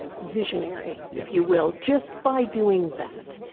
visionary, if you will, just by doing that.